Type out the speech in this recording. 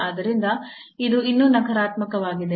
ಆದ್ದರಿಂದ ಇದು ಇನ್ನೂ ನಕಾರಾತ್ಮಕವಾಗಿದೆ